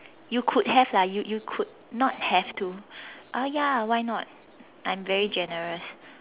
you could have lah you you could not have to uh ya why not I am very generous